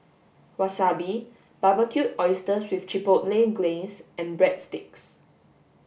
Wasabi Barbecued Oysters with Chipotle Glaze and Breadsticks